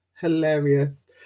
hilarious